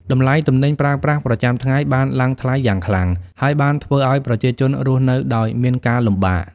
តម្លៃទំនិញប្រើប្រាស់ប្រចាំថ្ងៃបានឡើងថ្លៃយ៉ាងខ្លាំង ហើយបានធ្វើឲ្យប្រជាជនរស់នៅដោយមានការលំបាក។